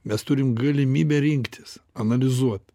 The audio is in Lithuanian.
mes turim galimybę rinktis analizuot